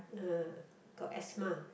uh got asthma